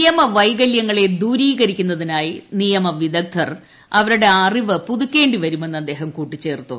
നിയമ വൈകല്യങ്ങളെ ദൂരികരിക്കുന്നതിനായി നിയമവിദഗ്ദ്ധർ അവരുടെ അറിവ് പുതുക്കേണ്ടി വരുമെന്ന് അദ്ദേഹം കൂട്ടിച്ചേർത്തു